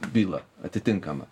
bylą atitinkamą